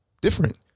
different